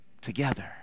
together